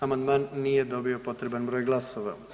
Amandman nije dobio potreban broj glasova.